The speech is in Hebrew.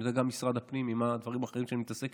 ואני יודע מהדברים האחרים שאני מתעסק